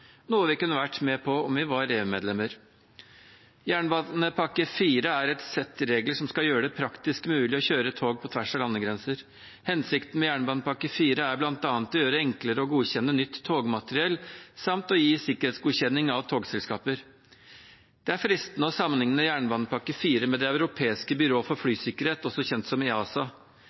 noe vi kunne vært med på om vi var EU-medlemmer. Jernbanepakke IV er et sett regler som skal gjøre det praktisk mulig å kjøre tog på tvers av landegrenser. Hensikten med jernbanepakke IV er bl.a. å gjøre det enklere å godkjenne nytt togmateriell samt å gi sikkerhetsgodkjenning av togselskaper. Det er fristende å sammenligne jernbanepakke IV med det europeiske byrået for flysikkerhet, også kjent som EASA.